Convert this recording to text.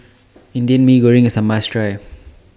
Indian Mee Goreng IS A must Try